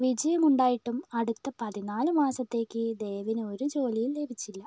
വിജയമുണ്ടായിട്ടും അടുത്ത പതിനാല് മാസത്തേക്ക് ദേവിന് ഒരു ജോലിയും ലഭിച്ചില്ല